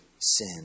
sin